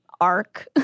arc